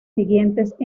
siguientes